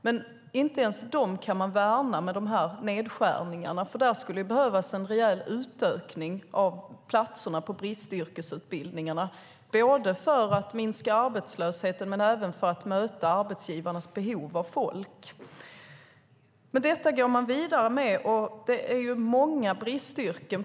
Men inte ens dem kan man värna med dessa nedskärningar. Det skulle behövas en rejäl utökning av platserna på bristyrkesutbildningarna, både för att minska arbetslösheten och för att möta arbetsgivarnas behov av folk. Men detta går man vidare med. Det finns många bristyrken.